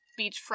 Beachfront